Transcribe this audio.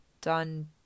Done